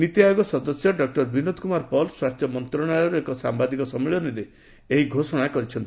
ନୀତି ଆୟୋଗ ସଦସ୍ୟ ଡକୁର ବିନୋଦ କୁମାର ପଲ୍ ସ୍ୱାସ୍ଥ୍ୟ ମନ୍ତ୍ରଶାଳୟର ଏକ ସାମ୍ଭାଦିକ ସମ୍ମିଳନୀରେ ଏହି ଘୋଷଣା କରିଛନ୍ତି